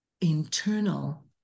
internal